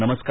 नमस्कार